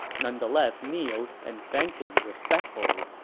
nonetheless kneeled and thanked him respectfully